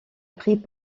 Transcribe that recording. pris